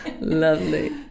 Lovely